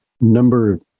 number